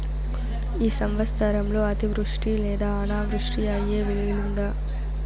ఈ సంవత్సరంలో అతివృష్టి లేదా అనావృష్టి అయ్యే వీలుందా?